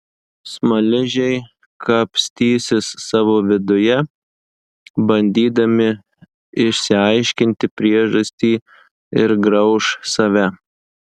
smaližiai kapstysis savo viduje bandydami išsiaiškinti priežastį ir grauš save